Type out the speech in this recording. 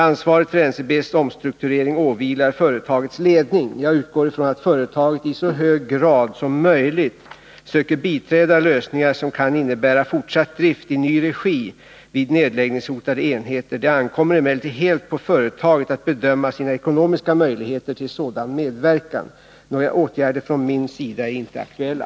Ansvaret för NCB:s omstrukturering åvilar företagets ledning. Jag utgår från att företaget i så hög grad som möjligt söker biträda lösningar som kan innebära fortsatt drift i ny regi vid nedläggningshotade enheter. Det ankommer emellertid helt på företaget att bedöma sina ekonomiska möjligheter till sådan medverkan. Några åtgärder från min sida är inte aktuella.